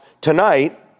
Tonight